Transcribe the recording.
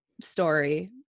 story